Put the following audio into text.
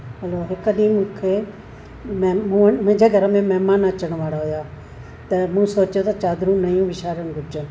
हलो हिकु ॾींहं मूंखे मुंहिंजे घर में महिमान अचण वारा हुया त मूं सोचियो त चादरूं नयूं विछारिन घुरिजनि